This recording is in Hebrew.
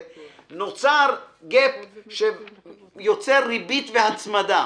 נוצר gap שיוצר ריבית והצמדה.